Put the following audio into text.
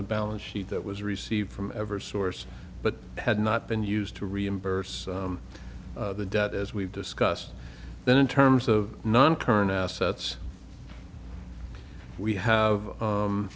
the balance sheet that was received from ever source but had not been used to reimburse the debt as we've discussed then in terms of non current assets we have